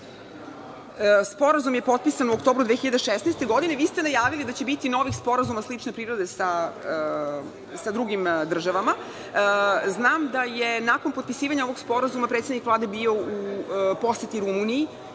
Sporazum je potpisan u oktobru 2016. godine, vi ste najavili da će biti novih sporazuma slične prirode sa drugim državama. Znam da je nakon potpisivanja ovog sporazuma predsednik Vlade bio poseti Rumuniji,